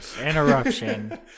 interruption